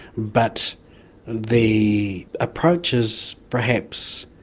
but the approach is perhaps,